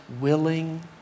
willing